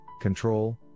control